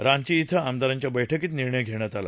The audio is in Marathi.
रांची इथं आमदारांच्या बैठकीत निर्णय घेण्यात आला